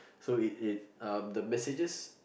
so it it um the messages